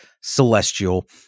celestial